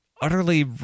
utterly